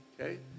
Okay